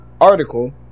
article